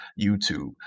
YouTube